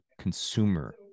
consumer